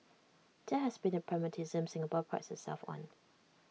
that has been the pragmatism Singapore prides itself on